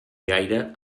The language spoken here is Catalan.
gaire